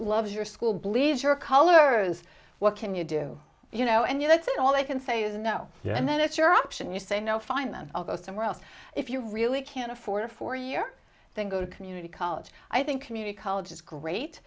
love is your school believes your color is what can you do you know and you let's it all they can say is no and then it's your option you say no fine then i'll go somewhere else if you really can't afford a four year then go to community college i think community college is great